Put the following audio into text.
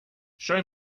show